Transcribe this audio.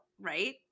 right